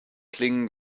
klingen